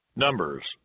Numbers